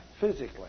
physically